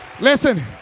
Listen